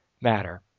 matter